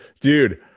dude